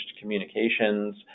communications